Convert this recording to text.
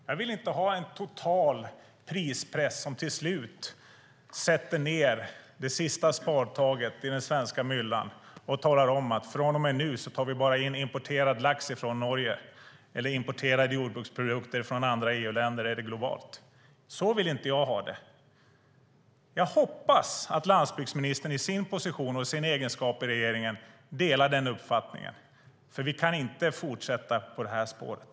Jag vill inte ha en total prispress som till slut sätter det sista spadtaget i den svenska myllan och talar om att vi från och med nu bara tar in importerad lax från Norge eller importerade jordbruksprodukter från andra EU-länder eller globalt. Så vill jag inte ha det. Jag hoppas att landsbygdsministern i sin position och i sin egenskap i regeringen delar den uppfattningen. Vi kan nämligen inte fortsätta på det här spåret.